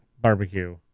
Barbecue